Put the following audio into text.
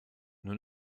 nous